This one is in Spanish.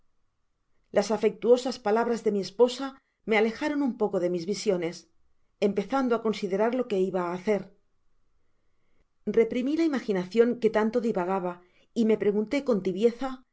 las afectuosas palabras de mi esposa me alejaron un poco de mis visiones empezando á considerar lo que iba á hacer reprimi la imaginacion que tanto divagaba y me pregunté con tibieza qué